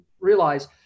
realize